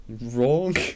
Wrong